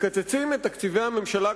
מקצצים את תקציבי הממשלה,